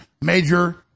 Major